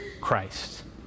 Christ